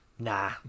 Nah